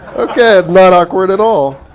ok, that's not awkward at all.